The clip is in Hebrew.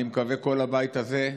אני מקווה של כל הבית הזה,